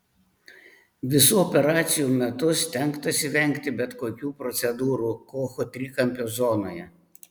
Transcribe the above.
visų operacijų metu stengtasi vengti bet kokių procedūrų kocho trikampio zonoje